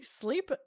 sleep